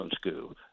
school